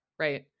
right